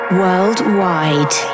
worldwide